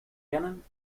canon